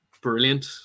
brilliant